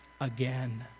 again